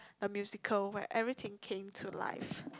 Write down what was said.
a musical where everything came to life